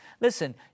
Listen